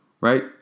right